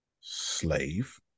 slave